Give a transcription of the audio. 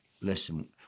listen